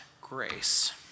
grace